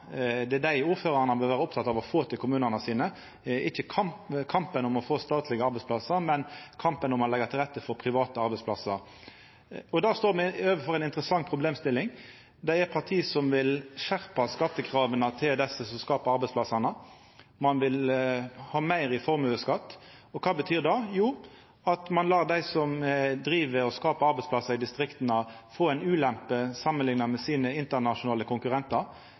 Det er dei ordførarane bør vera opptekne av å få til kommunane sine – ikkje kampen om å få statlege arbeidsplassar, men kampen om å leggja til rette for private arbeidsplassar. Der står me overfor ei interessant problemstilling: Det er parti som vil skjerpa skattekrava til desse som skaper arbeidsplassane. Ein vil ha meir i formuesskatt. Kva betyr det? Jo, at ein lar dei som driv og skaper arbeidsplassar i distrikta, få ei ulempe samanlikna med internasjonale konkurrentar.